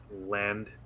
land